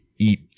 eat